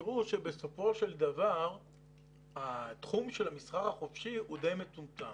תראו שבסופו של דבר התחום של המסחר החופשי הוא די מצומצם.